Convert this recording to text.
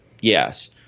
Yes